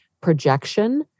projection